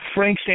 Frank